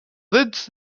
rydz